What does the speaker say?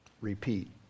Repeat